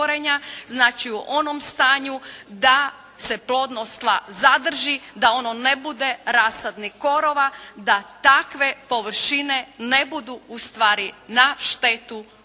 znači u onom stanju da se plodnost tla zadrži da ono ne bude rasadnik korova, da takve površine ne budu ustvari na štetu onih